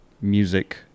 music